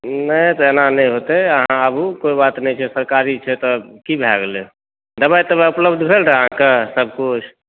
नहि तऽ एना नहि होतै अहाँ आबू कोई बात नहि छै सरकारी छै तऽ की भय गेलै दवाइ तवाइ उपलब्ध भेल रहै अहाँकेॅं सभ किछु